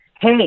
hey